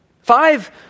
Five